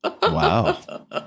Wow